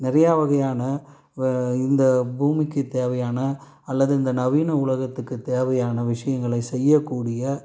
நிறையா வகையான இப்போ இந்த பூமிக்கு தேவையான அல்லது இந்த நவீன உலகத்துக்கு தேவையான விஷயங்களை செய்யக்கூடிய